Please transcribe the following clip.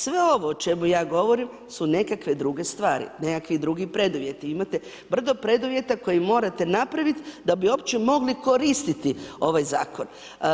Sve ovo o čemu ja govorim su nekakve druge stvari, nekakvi drugi preduvjeti, imate brdo preduvjeta koje morate napravit da bi uopće mogli koristiti ovaj zakon.